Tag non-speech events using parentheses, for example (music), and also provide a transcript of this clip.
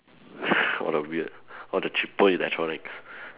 (laughs) what a weird all the cheaper electronics